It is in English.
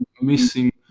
missing